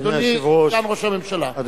אדוני סגן ראש הממשלה,